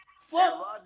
Fuck